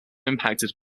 impacted